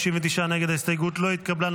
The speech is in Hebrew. הסתייגות 116 לא נתקבלה.